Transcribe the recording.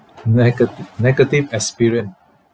negati~ negative experience